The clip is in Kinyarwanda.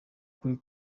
kuri